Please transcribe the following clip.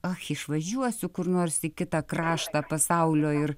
ach išvažiuosiu kur nors į kitą kraštą pasaulio ir